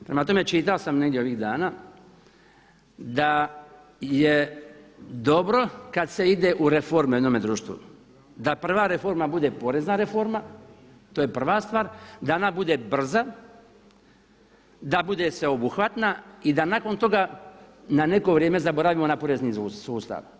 Prema tome, čitao sam negdje ovih dana da je dobro kad se ide u reforme u jednome društvu, da prva reforma bude porezna reforma, to je prva stvar, da ona bude brza, da bude sveobuhvatna i da nakon toga na neko vrijeme zaboravimo na porezni sustav.